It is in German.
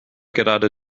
gerade